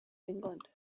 england